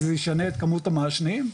זה ישנה את כמות המעשנים?